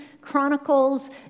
Chronicles